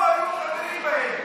הם לא היו חברים בהן.